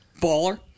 baller